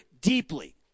deeply